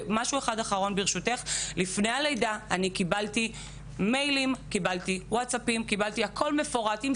לפני הלידה קיבלתי מיילים ווטסאפים מפורטים,